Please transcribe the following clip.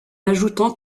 ajoutant